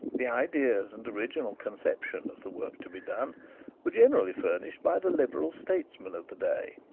the ideas and original conception of the work to be done were generally furnished by the liberal statesmen of the day,